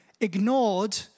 ignored